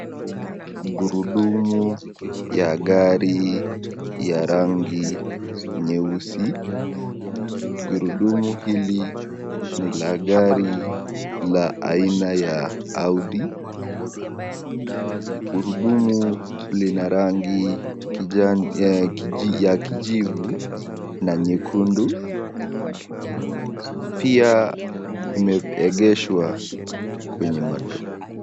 Mgurudumu ya gari ya rangi nyeusi, gurudumu hili ni la gari ya aina ya Audi, gurudumu ina rangi ya kijivu na nyekundu pia imeegeshwa kwenye madoo.